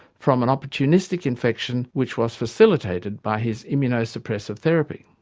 from an opportunistic infection which was facilitated by his immunosuppressive therapy.